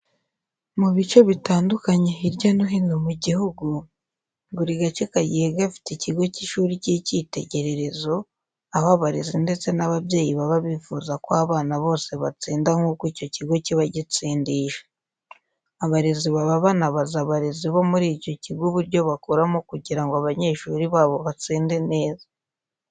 Mu bice bitandukanye hirya no hino mu gihugu, buri gace kagiye gafite ikigo cy'ishuri cy'ikitegererezo aho abarezi ndetse n'ababyeyi baba bifuza ko abana bose batsinda nk'uko icyo kigo kiba gitsindisha. Abarezi baba banabaza abarezi bo muri icyo kigo uburyo bakoramo kugira ngo abanyeshuri babo batsinde neza.